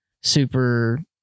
super